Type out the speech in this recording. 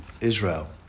israel